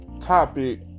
topic